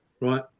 Right